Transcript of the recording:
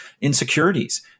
insecurities